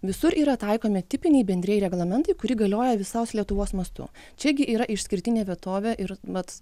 visur yra taikomi tipiniai bendrieji reglamentai kurie galioja visos lietuvos mastu čia gi yra išskirtinė vietovė ir vat